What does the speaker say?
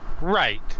right